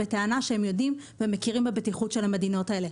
בטענה שהם יודעים ומכירים בבטיחות של המדינות האלה.